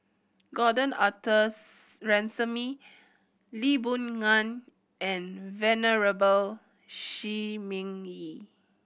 Gordon Arthur Ransome Lee Boon Ngan and Venerable Shi Ming Yi